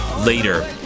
Later